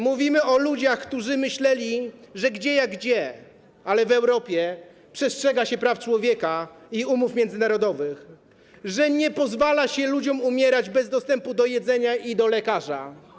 Mówimy o ludziach, którzy myśleli, że gdzie jak gdzie, ale w Europie przestrzega się praw człowieka i umów międzynarodowych, że nie pozwala się ludziom umierać bez dostępu do jedzenia i do lekarza.